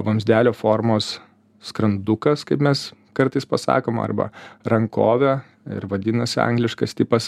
vamzdelio formos skrandukas kaip mes kartais pasakom arba rankovė ir vadinasi angliškas tipas